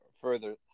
further